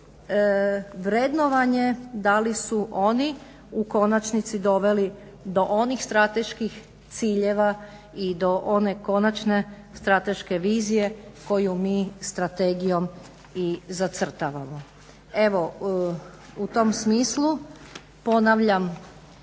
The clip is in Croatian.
i vrednovanje da li su oni u konačnici doveli do onih strateških ciljeva i do one konačne strateške vizije koju mi strategijom i zacrtavamo. Evo u tom smislu ponavljam